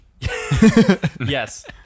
Yes